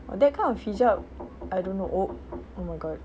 oh that kind of hijab I don't know oh oh my god